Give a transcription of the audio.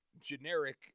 generic